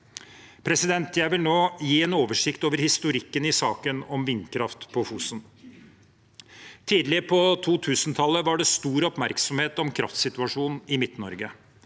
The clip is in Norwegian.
myndighetene. Jeg vil nå gi en oversikt over historikken i saken om vindkraft på Fosen. Tidlig på 2000-tallet var det stor oppmerksomhet om kraftsituasjonen i Midt-Norge.